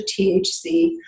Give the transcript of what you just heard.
THC